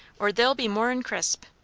or they'll be more'n crisp.